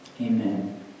amen